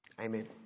amen